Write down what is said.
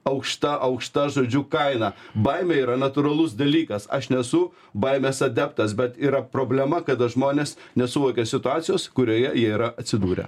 aukšta aukšta žodžiu kaina baimė yra natūralus dalykas aš nesu baimės adeptas bet yra problema kada žmonės nesuvokia situacijos kurioje jie yra atsidūrę